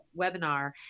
webinar